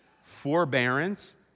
forbearance